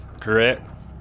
Correct